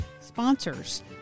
sponsors